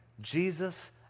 Jesus